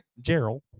Gerald